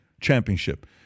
Championship